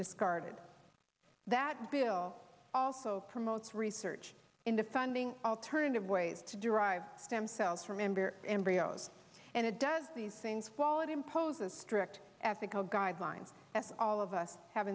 discarded that bill also promotes research into funding alternative ways to derive stem cells from member embryos and it does the same follow it imposes strict ethical guidelines as all of us have